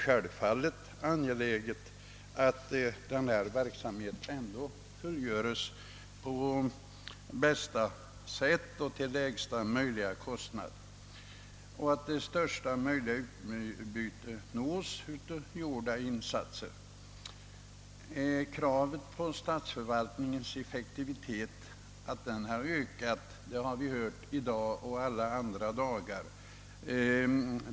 Självfallet är det angeläget att denna verksamhet ändå fullgöres till lägsta möjliga kostnad men så att största möjliga utbyte av gjorda insatser nås. Kravet på statsförvaltningens effektivitet har ökat; det har vi hört både i dag och alla andra dagar.